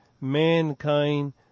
mankind